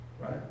right